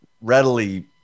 readily